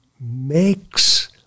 makes